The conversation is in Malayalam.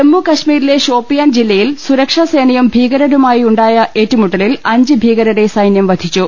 ജമ്മുകശ്മീരിലെ ഷോപ്പിയാൻ ജില്ലയിൽ സുരക്ഷാസേനയും ഭീകരരുമായി ഉണ്ടായ ഏറ്റുമുട്ടലിൽ അഞ്ച് ഭീകരരെ സൈന്യം വധിച്ചു